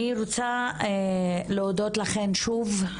אני רוצה להודות לכן שוב,